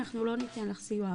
אנחנו לא ניתן לך סיוע.